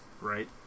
right